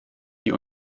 die